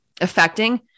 affecting